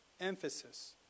emphasis